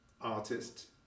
artist